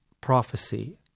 prophecy